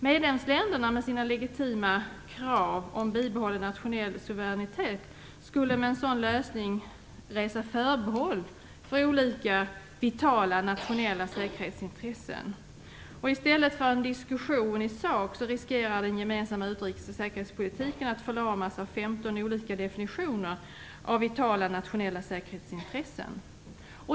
Medlemsländerna, med sina legitima krav om bibehållen nationell suveränitet, skulle med en sådan lösning resa förbehåll för olika vitala nationella säkerhetsintressen. I stället för en diskussion i sak riskerar den gemensamma utrikes och säkerhetspolitiken att förlamas av 15 olika definitioner av "vitala nationella säkerhetsintressen".